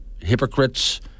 hypocrites